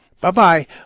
Bye-bye